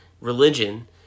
religion